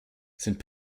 sind